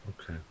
Okay